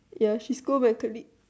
ya she scold my colleague